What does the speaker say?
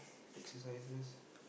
exercises